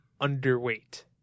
underweight